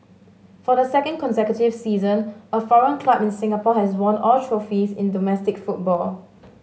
for the second consecutive season a foreign club in Singapore has won all trophies in domestic football